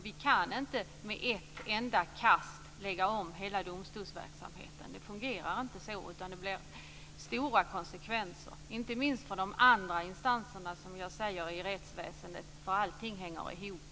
Vi kan inte lägga om hela domstolsverksamheten med ett enda kast. Det fungerar inte så, utan det blir stora konsekvenser, inte minst för de andra instanserna i rättsväsendet - allting hänger ihop.